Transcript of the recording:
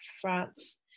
France